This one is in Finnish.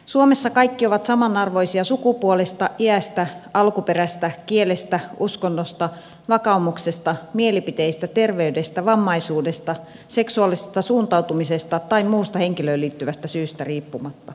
suomessa kaikki ovat samanarvoisia sukupuolesta iästä alkuperästä kielestä uskonnosta vakaumuksesta mielipiteistä terveydestä vammaisuudesta seksuaalisesta suuntautumisesta tai muusta henkilöön liittyvästä syystä riippumatta